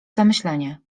zamyślenie